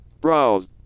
Browse